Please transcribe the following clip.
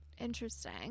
interesting